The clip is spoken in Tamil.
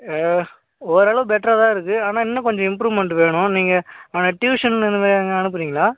ஓரளவு பெட்டராக தான் இருக்கு ஆனால் இன்னும் கொஞ்சம் இம்ப்ரூவ்மென்ட் வேணும் நீங்கள் டியூஷன் அந்த மாதிரி எங்கேயும் அனுப்புறீங்களா